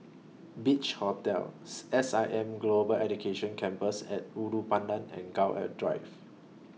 Beach Hotel S I M Global Education Campus At Ulu Pandan and Gul A Drive